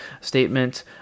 statement